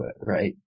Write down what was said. right